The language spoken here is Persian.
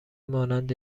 مانند